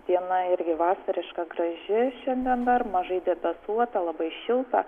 diena irgi vasariška graži šiandien dar mažai debesuota labai šilta